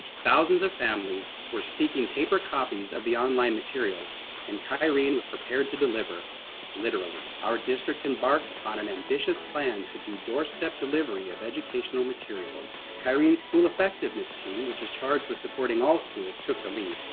thousands of families were seeking paper copies of the online materials and kyrene was prepared to deliver literally. our district embarked on an ambitious plan to do doorstep delivery of educational materials. kyrene's school effectiveness team, and which is charged with supporting all schools took the lead,